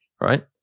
right